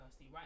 Right